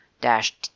dash